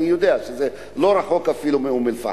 אני יודע שזה לא רחוק אפילו מאום-אל-פחם.